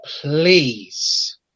please